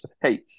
Hey